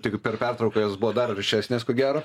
tik per pertrauką jos buvo dar aršesnės ko gero